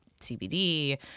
CBD